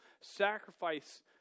sacrifice